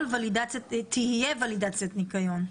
"תהיה ולידציית ניקיון".